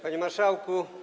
Panie Marszałku!